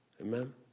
amen